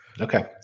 Okay